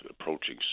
approaching